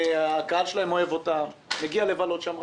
הקהל שלהם אוהב אותם, מגיע לבלות שם.